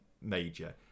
major